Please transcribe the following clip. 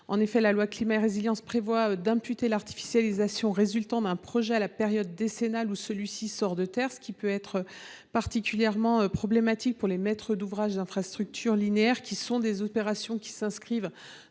En effet, la loi Climat et Résilience prévoit d’imputer l’artificialisation résultant d’un projet à la période décennale durant laquelle celui ci sortira de terre, ce qui peut être particulièrement problématique pour les maîtres d’ouvrage d’infrastructures linéaires, de telles opérations ayant